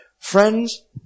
Friends